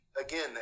again